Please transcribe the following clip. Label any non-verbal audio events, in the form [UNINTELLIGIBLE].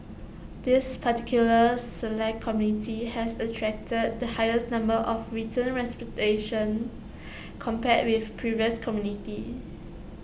this particular Select Committee has attracted the highest number of written [UNINTELLIGIBLE] compared with previous committees